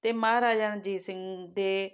ਅਤੇ ਮਹਾਰਾਜਾ ਰਣਜੀਤ ਸਿੰਘ ਦੇ